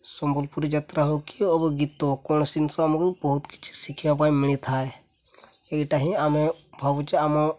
ସମ୍ବଲପୁରୀ ଯାତ୍ରା ହଉ କି ଓ ଗୀତ କୌଣସି ଜିନିଷ ଆମକୁ ବହୁତ କିଛି ଶିଖିବା ପାଇଁ ମିଳିଥାଏ ଏଇଟା ହିଁ ଆମେ ଭାବୁଛେ ଆମ